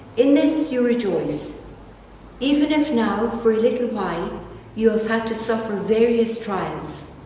in this, you rejoice even if now for a little while you have had to suffer various trials,